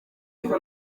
ibyo